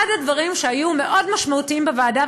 אחד הדברים שהיו מאוד משמעותיים בוועדה,